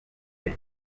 ben